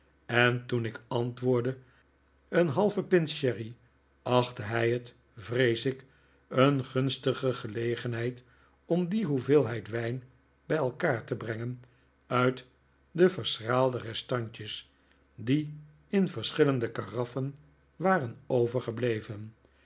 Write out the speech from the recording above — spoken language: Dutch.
en toen ik antwoordde een halve pint sherry achtte hij het vrees ik een gunstige gelegenheid om die hoeveelheid wijn bij elkaar te brengen uit de verschaalde restantjes die in verschillende karaffen waren overgebleven